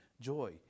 joy